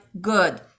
good